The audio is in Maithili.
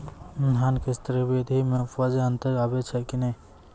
धान के स्री विधि मे उपज मे अन्तर आबै छै कि नैय?